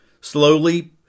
Slowly